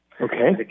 Okay